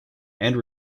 and